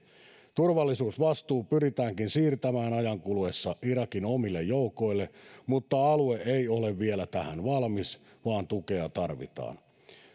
turvallisuusvastuu pyritäänkin siirtämään ajan kuluessa irakin omille joukoille mutta alue ei ole vielä tähän valmis vaan tukea tarvitaan